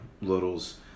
littles